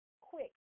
quick